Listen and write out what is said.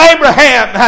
Abraham